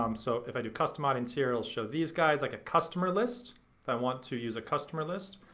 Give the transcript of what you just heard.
um so if i do custom audience here it'll show these guys, like a customer list, if i want to use a customer list,